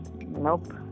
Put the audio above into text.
nope